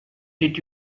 did